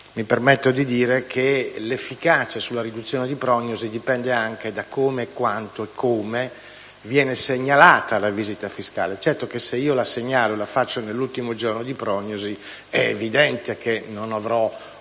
Mi permetto di dire che l'efficacia sulla riduzione delle prognosi dipende anche da come e quando viene segnalata la visita fiscale: se la si segnala e la si fa nell'ultimo giorno di prognosi, è evidente che non si